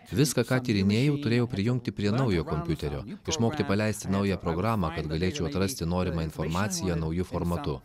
viską ką tyrinėjau turėjau prijungti prie naujo kompiuterio išmokti paleisti naują programą kad galėčiau atrasti norimą informaciją nauju formatu